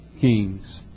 Kings